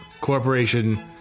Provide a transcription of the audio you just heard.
Corporation